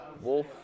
wolf